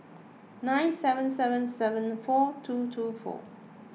nine seven seven seven four two two four